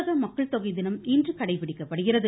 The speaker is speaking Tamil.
உலக மக்கள் தொகை தினம் இன்று கடைபிடிக்கப்படுகிறது